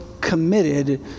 committed